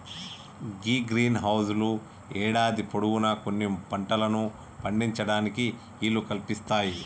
గీ greenhouse లు యేడాది పొడవునా కొన్ని పంటలను పండించటానికి ఈలు కల్పిస్తాయి